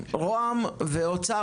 משרד ראש הממשלה ומשרד האוצר,